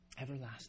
everlasting